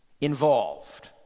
involved